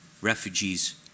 refugees